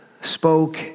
spoke